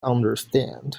understand